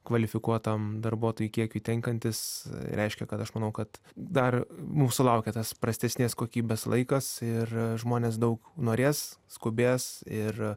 kvalifikuotam darbuotojų kiekiui tenkantis reiškia kad aš manau kad dar mūsų laukia tas prastesnės kokybės laikas ir žmonės daug norės skubės ir